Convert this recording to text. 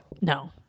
No